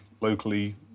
locally